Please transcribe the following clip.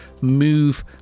move